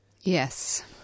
Yes